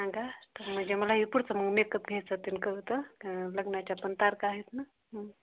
सांगा तर म्हणजे मलाही पुढचं मग मेकअप घ्यायचा तनकरचा लग्नाच्या पण तारका आहेत ना